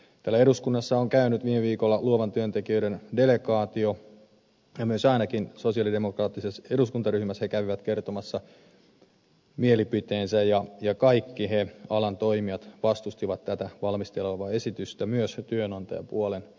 täällä eduskunnassa on käynyt viime viikolla luovan työn tekijöiden delegaatio ja myös ainakin sosialidemokraattisessa eduskuntaryhmässä he kävivät kertomassa mielipiteensä ja kaikki alan toimijat vastustivat tätä valmisteilla olevaa esitystä myös työnantajapuolen edustajat